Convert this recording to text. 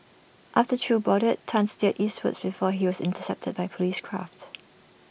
after chew boarded Tan steered eastwards before he was intercepted by Police craft